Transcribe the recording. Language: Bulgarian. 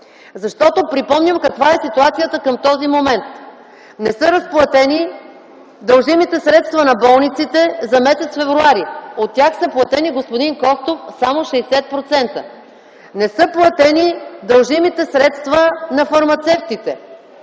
дейности? Припомням каква е ситуацията към този момент. Не са разплатени дължимите средства на болниците за м. февруари. От тях са платени, господин Костов, само 60%. Не са платени дължимите средства на фармацевтите.